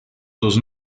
sus